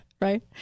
right